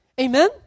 Amen